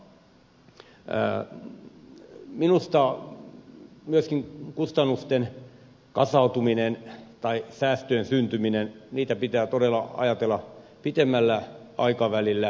minusta myöskin kustannusten kasautumista tai säästöjen syntymistä pitää todella ajatella pitemmällä aikavälillä